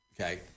Okay